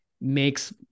makes